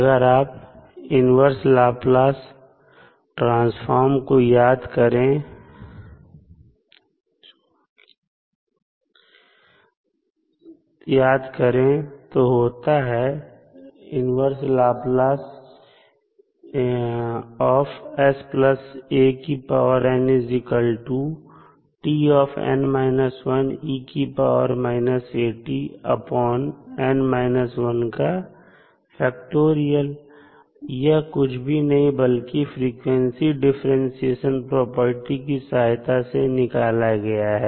अगर आप inverse Laplace transform को याद करें तो होता है यह कुछ भी नहीं बल्कि फ्रीक्वेंसी डिफरेंटशिएशन प्रॉपर्टी की सहायता से निकाला गया है